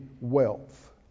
wealth